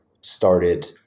started